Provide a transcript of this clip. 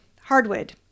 hardwood